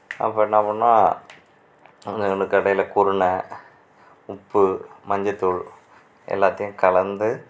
அப்புறம் என்னா பண்ணணும் அங்கே உள்ளன கடையில் குருணை உப்பு மஞ்சள் தூள் எல்லாத்தையும் கலந்து